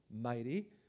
mighty